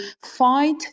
fight